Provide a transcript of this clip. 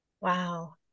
Wow